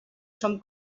som